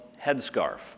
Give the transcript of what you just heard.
headscarf